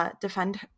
defend